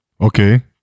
okay